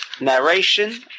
narration